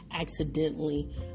accidentally